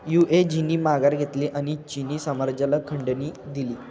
यूएझींनी माघार घेतली आणि चिनी साम्राज्याला खंडणी दिली